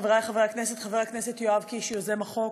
חברי חברי הכנסת, חבר הכנסת יואב קיש, יוזם החוק,